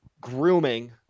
grooming